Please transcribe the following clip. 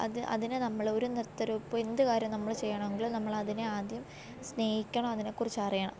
അത് അതിനെ നമ്മൾ ഒരു നൃത്തരൂപവും എന്ത് കാര്യവും നമ്മളെ ചെയ്യണം എങ്കിൽ നമ്മൾ അതിനെ ആദ്യം സ്നേഹിക്കണം അതിനെകുറിച്ച് അറിയണം